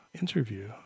interview